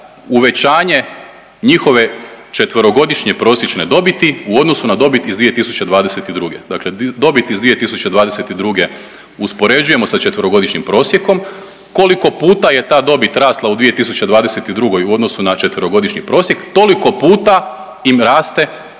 uvećanje njihove 4-godišnje prosječne dobiti u odnosu na dobit iz 2022., dakle dobit iz 2022. uspoređujemo sa 4-godišnjim prosjekom, koliko puta je ta dobit rasla u 2022. u odnosu na 4-godišnji prosjek toliko puta im raste